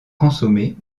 consommé